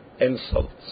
insults